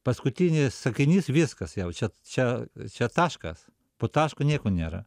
paskutinis sakinys viskas jau čia čia čia taškas po taško nieko nėra